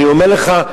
אני אומר לך,